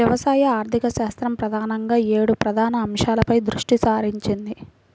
వ్యవసాయ ఆర్థికశాస్త్రం ప్రధానంగా ఏడు ప్రధాన అంశాలపై దృష్టి సారించింది